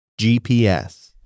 GPS